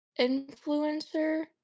influencer